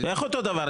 איך אותו דבר?